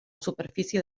superfície